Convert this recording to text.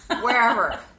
Wherever